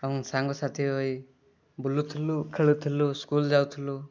ଆମେ ସାଙ୍ଗସାଥୀ ହୋଇ ବୁଲୁଥୁଲୁ ଖେଳୁଥୁଲୁ ସ୍କୁଲ୍ ଯାଉଥୁଲୁ